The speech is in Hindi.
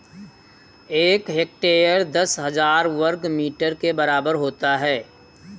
एक हेक्टेयर दस हजार वर्ग मीटर के बराबर होता है